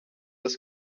das